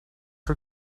her